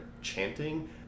chanting